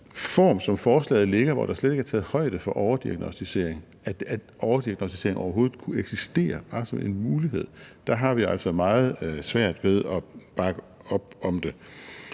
hvor der slet ikke er taget højde for overdiagnosticering – altså at overdiagnosticering overhovedet kunne eksistere, bare som en mulighed – har vi altså meget svært ved at bakke op om det.